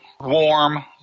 warm